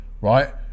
right